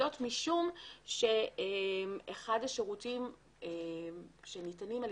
זאת משום שאחד השירותים שניתנים על